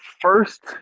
first